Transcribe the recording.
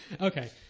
Okay